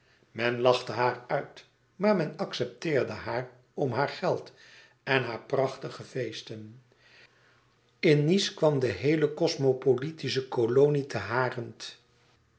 men lachte haar uit maar men accepteerde haar om haar geld en haar prachtige feesten in nice kwam de geheele cosmopolitische kolonie ten harent